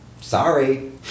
sorry